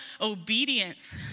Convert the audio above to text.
obedience